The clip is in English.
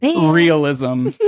realism